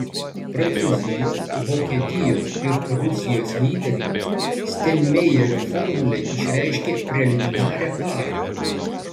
prancūzijos vokietijos ir rusijos lyderiai steinmeierio formulei išreiškė preliminarią paramą